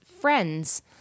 friends